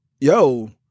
Yo